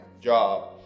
job